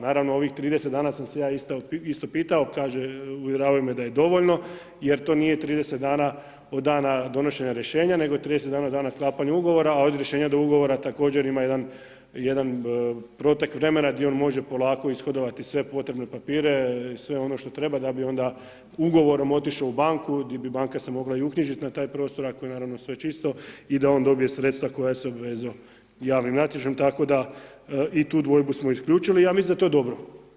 Naravno ovih 30 dana sam se ja isto pitao, kaže, uvjeravaju me da je dovoljno jer to nije 30 dana od dana donošenja rješenja nego je 30 dana od dana sklapanja ugovora a od rješenja do ugovora također ima jedan, jedan protek vremena gdje on može polako ishodovati sve potrebne papire, sve ono to treba da bi onda ugovorom otišao u banku gdje bi banka se mogla i uknjižiti na taj prosto ako je naravno sve čisto i da on dobije sredstva koja se obvezao javnim natječajem, tako da i tu dvojbu smo isključili i ja mislim da je to dobro.